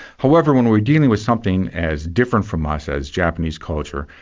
however, when we're dealing with something as different from us as japanese culture,